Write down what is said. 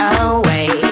away